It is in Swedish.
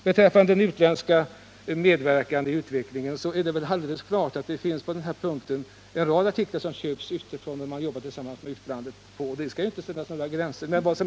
Beträffande den utländska medverkan i utvecklingen är det alldeles klart att en rad artiklar köps utifrån när man jobbar med samma saker, och det skall inte sättas några gränser för detta.